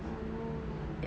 ah